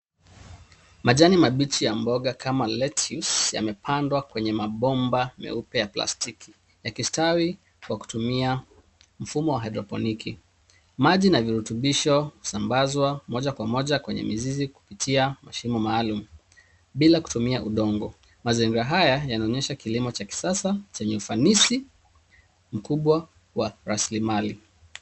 Majani mabichi ya mboga kama lettuce [cs yamepandwa kwenye mabomba meupe ya plastiki, yakistawi kwa kutumia mfumo wa haidroponiki. Maji na virutubisho husambazwa moja kwa moja kwenye mizizi kupitia mashimo maalum bila kutumia udongo. Mazingira haya yanaonyesha kilimo cha kisasa chenye ufanisi mkubwa wa rasilimali.